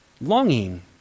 longing